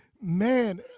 man